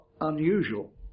unusual